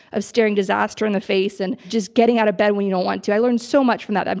of staring disaster in the face and just getting out of bed when you don't want to. i learned so much from that.